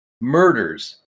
murders